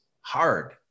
hard